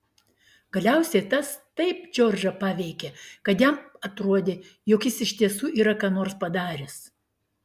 galiausiai tas taip džordžą paveikė kad jam atrodė jog jis iš tiesų yra ką nors padaręs